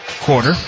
quarter